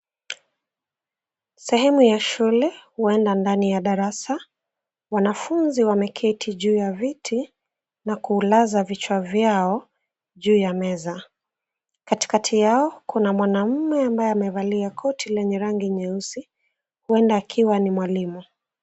Sehemu ya shule, huenda ndani ya darasa. Wanafunzi wameketi juu ya viti na kulaza vichwa vyao juu ya meza. Katikati yao kuna mwanamme ambaye amevalia koti lenye rangi nyeusi, huenda akiwa ni mwalimu.